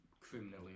criminally